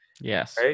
Yes